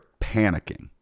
panicking